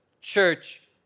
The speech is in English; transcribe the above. church